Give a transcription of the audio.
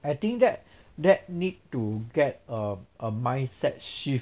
I think that that need to get a a mindset shift